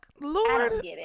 Lord